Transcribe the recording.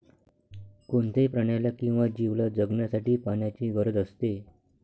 कोणत्याही प्राण्याला किंवा जीवला जगण्यासाठी पाण्याची गरज असते